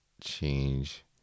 change